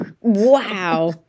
Wow